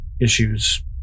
issues